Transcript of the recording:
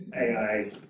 AI